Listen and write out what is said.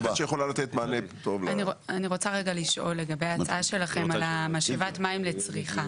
אני רוצה לשאול לגבי ההצעה שלכם על משאבת המים לצריכה.